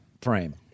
frame